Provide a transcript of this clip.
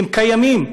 הם קיימים.